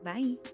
Bye